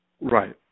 Right